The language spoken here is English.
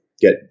get